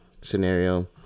scenario